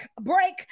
break